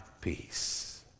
peace